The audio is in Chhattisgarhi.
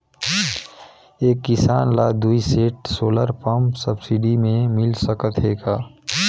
एक किसान ल दुई सेट सोलर पम्प सब्सिडी मे मिल सकत हे का?